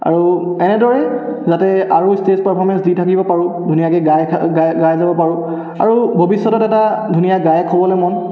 আৰু এনেদৰেই যাতে আৰু ষ্টেজ পাৰফৰ্মেঞ্চ দি থাকিব পাৰোঁ ধুনীয়াকৈ গাই থা গাই যাব পাৰোঁ আৰু ভৱিষ্যতত এটা ধুনীয়া গায়ক হ'বৰ মন